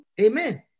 Amen